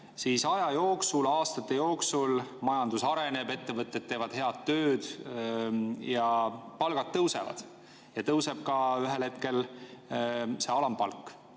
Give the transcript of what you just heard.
siis aja jooksul, aastate jooksul majandus areneb, ettevõtted teevad head tööd, palgad tõusevad ja ühel hetkel tõuseb ka alampalk.